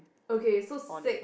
okay so six